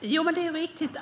Herr talman! Det är riktigt